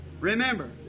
Remember